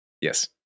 Yes